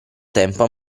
tempo